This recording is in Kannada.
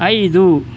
ಐದು